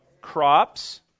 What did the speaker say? Crops